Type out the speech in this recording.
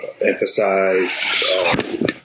emphasize